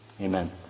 Amen